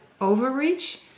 overreach